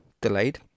delayed